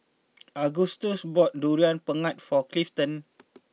Augustus bought Durian Pengat for Clifton